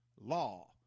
law